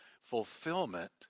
fulfillment